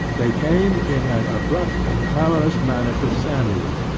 they came in an abrupt and clamorous manner to samuel,